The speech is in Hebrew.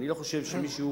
ואני לא חושב שמישהו,